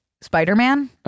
Spider-Man